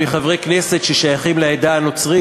מחברי כנסת ששייכים לעדה הנוצרית,